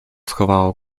schowało